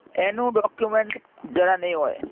એનું ડૉક્યુમૅન્ટ જરાં નહીં હોય